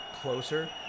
closer